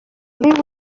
liw